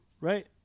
right